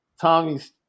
Tommy's –